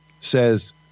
says